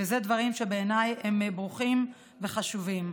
ואלה דברים שבעיניי הם ברוכים וחשובים.